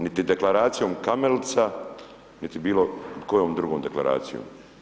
Niti deklaracijom Kamelica niti bilo kojom drugom deklaracijom.